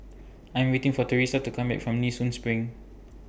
I Am waiting For Thresa to Come Back from Nee Soon SPRING